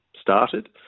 started